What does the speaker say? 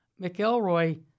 McElroy